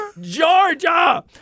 Georgia